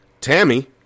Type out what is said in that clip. Tammy